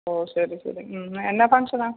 ഓ ശരി ശരി ഉം എന്നാ ഫങ്ഷനാ